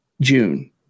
June